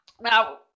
Now